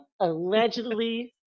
allegedly